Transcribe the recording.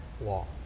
law